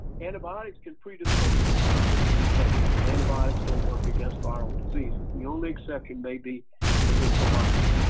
antibiotics can predispose you to resistant infections and antibiotics don't work against viral diseases. the only exception may be azithromycin.